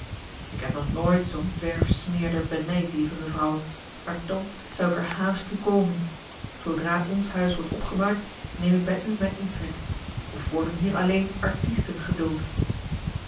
ik heb nog nooit zoo'n verfsmeerder benijd lieve mevrouw maar thans zou ik er haast toe komen zoodra ons huis wordt opgemaakt neem ik bij u mijn intrek of worden hier alleen artisten geduld